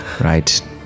right